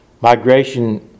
Migration